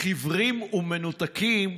"חיוורים" ו"מנותקים"